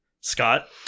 Scott